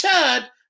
turd